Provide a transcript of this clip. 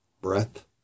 breath